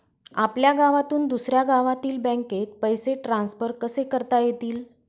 आपल्या गावातून दुसऱ्या गावातील बँकेत पैसे ट्रान्सफर कसे करता येतील?